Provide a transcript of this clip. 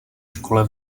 škole